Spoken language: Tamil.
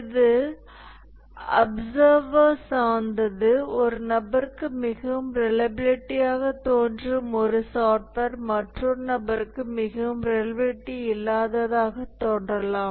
இது அப்சர்வரை சார்ந்தது ஒரு நபருக்கு மிகவும் ரிலையபிலிட்டியாக தோன்றும் ஒரு சாஃப்ட்வேர் மற்றொரு நபருக்கு மிகவும் ரிலையபிலிட்டி இல்லாததாக தோன்றலாம்